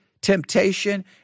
temptation